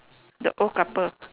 the old couple